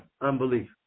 unbelief